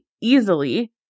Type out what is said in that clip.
easily